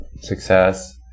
success